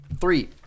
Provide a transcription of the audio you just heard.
Three